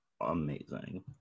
Amazing